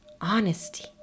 honesty